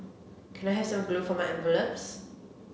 can I have some glue for my envelopes